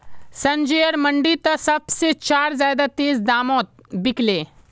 संजयर मंडी त सब से चार ज्यादा तेज़ दामोंत बिकल्ये